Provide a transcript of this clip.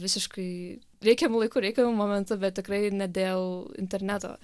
visiškai reikiamu laiku reikiamu momentu bet tikrai ne dėl interneto